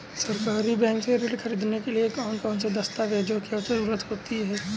सहकारी बैंक से ऋण ख़रीदने के लिए कौन कौन से दस्तावेजों की ज़रुरत होती है?